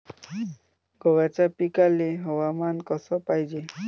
गव्हाच्या पिकाले हवामान कस पायजे?